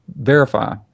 verify